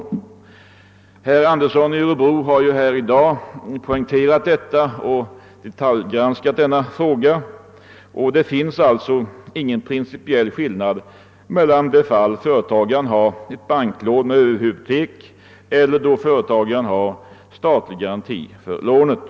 Som herr Andersson i Örebro poängterade när han detalj granskade denna fråga, finns det ingen principiell skillnad mellan de fall då företagaren har ett banklån med överhypotek och då företagaren har en statlig garanti för lånet.